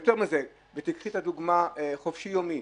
קחי את הדוגמה חופשי יומי.